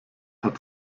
hat